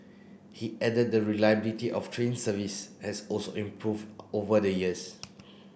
he added that reliability of train service has also improved over the years